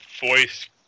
voice